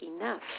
enough